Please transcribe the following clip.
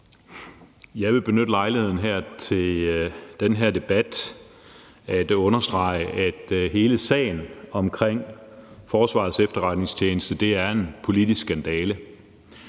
Jeg vil benytte lejligheden til i den her debat at understrege, at hele sagen omkring Forsvarets Efterretningstjeneste er en politisk skandale.